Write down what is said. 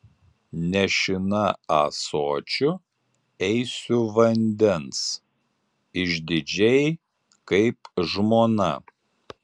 nešina ąsočiu eisiu vandens išdidžiai kaip žmona